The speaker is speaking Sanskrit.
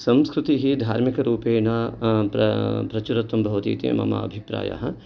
संस्कृतिः धार्मिकरूपेण प्रचरतुं भवति इति मम अभिप्रायः